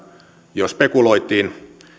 jo spekuloitiin